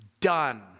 done